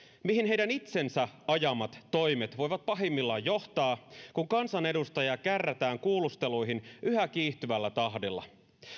mihin heidän itsensä ajamat toimet voivat pahimmillaan johtaa kun kansanedustajia kärrätään kuulusteluihin yhä kiihtyvällä tahdilla